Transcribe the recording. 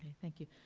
thank you.